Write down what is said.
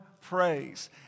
praise